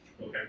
Okay